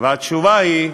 והתשובה היא: